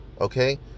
Okay